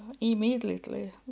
immediately